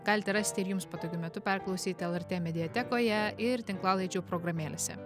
galite rasti ir jums patogiu metu perklausyti lrt mediatekoje ir tinklalaidžių programėlėse